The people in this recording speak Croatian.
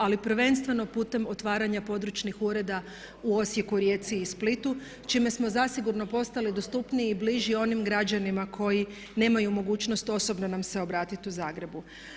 Ali prvenstveno putem otvaranja područnih ureda u Osijeku, Rijeci i Splitu čime smo zasigurno postali dostupniji i bliži onim građanima koji nemaju mogućnost osobno nam se obratiti u Zagrebu.